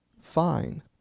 fine